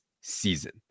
season